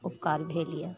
उपकार भेल यऽ